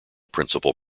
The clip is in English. principal